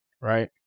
right